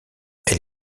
elle